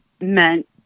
meant